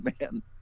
man